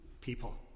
people